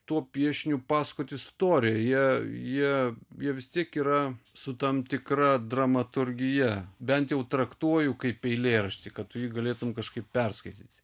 tuo piešiniu pasakoti istoriją jie jie jie vis tiek yra su tam tikra dramaturgija bent jau traktuoju kaip eilėraštį kad tu jį galėtum kažkaip perskaityti